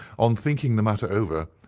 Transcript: on thinking the matter over,